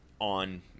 on